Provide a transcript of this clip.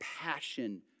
passion